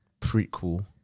Prequel